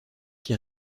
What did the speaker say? qui